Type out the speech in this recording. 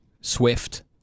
Swift